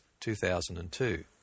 2002